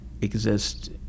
exist